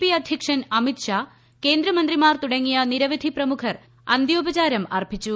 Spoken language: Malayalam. പി അദ്ധ്യക്ഷൻ അമിത്ഷാ കേന്ദ്രമന്ത്രിമാർ തുടങ്ങിയ നിരവധി പ്രമുഖർ അന്ത്യോപചാരം അർപ്പിച്ചു